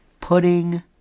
Pudding